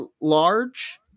large